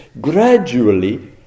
gradually